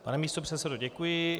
Pane místopředsedo, děkuji.